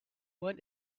went